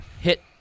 hit